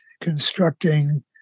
constructing